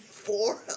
Four